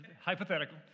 hypothetical